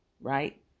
right